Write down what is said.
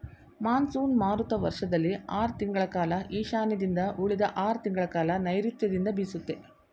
monsoon ಮಾರುತ ವರ್ಷದಲ್ಲಿ ಆರ್ ತಿಂಗಳ ಕಾಲ ಈಶಾನ್ಯದಿಂದ ಉಳಿದ ಆರ್ ತಿಂಗಳಕಾಲ ನೈರುತ್ಯದಿಂದ ಬೀಸುತ್ತೆ